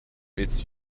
its